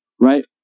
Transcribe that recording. right